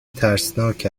ترسناک